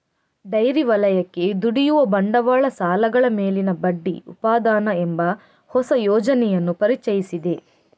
dairy ವಲಯಕ್ಕೆ ದುಡಿಯುವ ಬಂಡವಾಳ ಸಾಲಗಳ ಮೇಲಿನ ಬಡ್ಡಿ ಉಪಾದಾನ ಎಂಬ ಹೊಸ ಯೋಜನೆಯನ್ನು ಪರಿಚಯಿಸಿದೆ